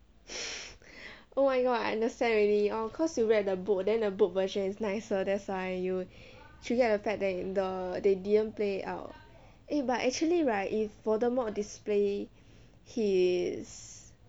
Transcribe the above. oh my god I understand already orh cause you read the book then the book version is nicer that's why you triggered the fact that the they didn't play out eh but actually right if voldemort display he is